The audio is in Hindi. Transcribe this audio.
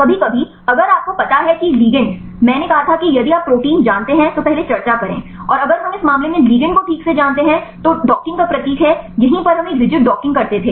कभी कभी अगर आपको पता है कि लिगेंड मैंने कहा था कि यदि आप प्रोटीन जानते हैं तो पहले चर्चा करें और अगर हम इस मामले में लिगेंड को ठीक से जानते हैं तो डॉकिंग का प्रतीक है यहीं पर हम एक रिजिड डॉकिंग करते थे